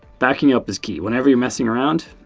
backing up is key. whenever you're messing around,